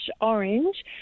orange